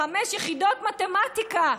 חמש יחידות מתמטיקה.